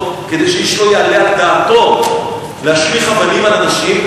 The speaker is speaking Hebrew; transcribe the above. כדי שאיש לא יעלה על דעתו להשליך אבנים על אנשים.